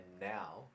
now